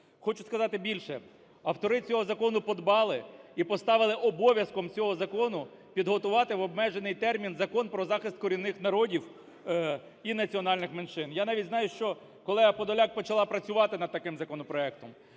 Хочу сказати більше, автори цього закону подбали і поставили обов'язком цього закону підготувати в обмежений термін Закон про захист корінних народів і національних меншин. Я навіть знаю, що колега Подоляк почала працювати над таким законопроектом.